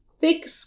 thick